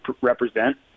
represent